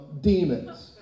demons